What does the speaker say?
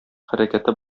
хәрәкәте